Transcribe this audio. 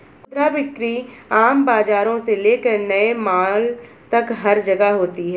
खुदरा बिक्री आम बाजारों से लेकर नए मॉल तक हर जगह होती है